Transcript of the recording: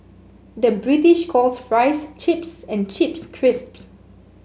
the British calls fries chips and chips crisps